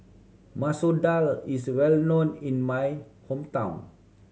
Masoor Dal is well known in my hometown